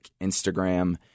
Instagram